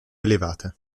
elevata